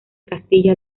castilla